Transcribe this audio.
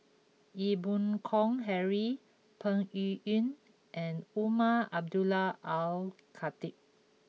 Ee Boon Kong Henry Peng Yuyun and Umar Abdullah Al Khatib